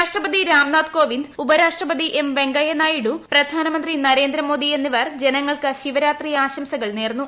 രാഷ്ട്രപതി രാംനാഥ് കോവിന്ദ് ഉപരാഷ്ട്രപതി എം വെങ്കയ്യനായിഡു പ്രധാനമന്ത്രി നരേന്ദ്രമോദി എന്നിവർ ജനങ്ങൾക്ക് ശിവരാത്രി ആശംസകൾ നേർന്നു